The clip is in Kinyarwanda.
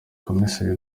komiseri